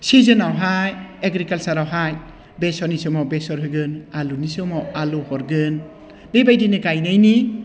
सिजोनावहाय एग्रिकालसारावहाय बेसरनि समाव बेसर होगोन आलुनि समाव आलु हरगोन बेबायनो गायनायनि